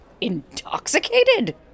intoxicated